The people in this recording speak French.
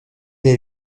est